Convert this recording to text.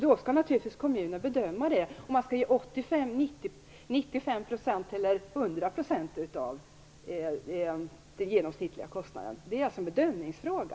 Då skall naturligtvis kommunen bedöma om man skall ge 85, 95 eller 100 % av den genomsnittliga kostnaden till dem. Det är alltså en bedömningsfråga.